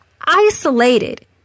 isolated